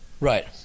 right